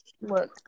look